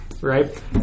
right